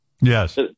Yes